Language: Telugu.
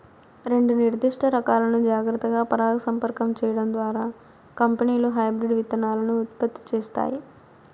రెండు నిర్దిష్ట రకాలను జాగ్రత్తగా పరాగసంపర్కం చేయడం ద్వారా కంపెనీలు హైబ్రిడ్ విత్తనాలను ఉత్పత్తి చేస్తాయి